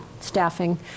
staffing